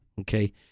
okay